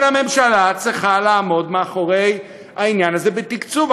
אבל הממשלה צריכה לעמוד מאחורי העניין זה בתקצוב.